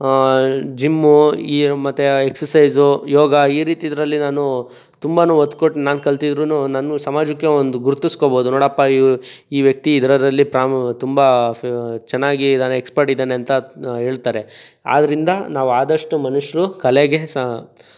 gym ಮತ್ತು exercise yoga ಈ ರೀತಿದರಲ್ಲಿ ನಾನು ತುಂಬ ಒತ್ತು ಕೊಟ್ಟು ನಾನು ಕಲ್ತಿದ್ರೂ ನಾನು ಸಮಾಜಕ್ಕೆ ಒಂದು ಗುರುತಿಸ್ಕೊಬೋದು ನೋಡಪ್ಪ ಈ ವ್ಯಕ್ತಿ ಇದರಲ್ಲಿ ಪ್ರಾಮ್ ತುಂಬ ಫೆ ಚೆನ್ನಾಗಿ ಇದ್ದಾನೆ ಎಕ್ಸ್ಪರ್ಟ್ ಇದ್ದಾನೆ ಅಂತ ಹೇಳ್ತಾರೆ ಆದ್ರಿಂದ ನಾವು ಆದಷ್ಟು ಮನುಷ್ಯರು ಕಲೆಗೆ ಸಹ